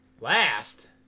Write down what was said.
Last